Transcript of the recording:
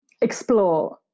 Explore